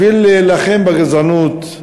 בשביל להילחם בגזענות,